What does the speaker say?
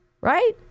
Right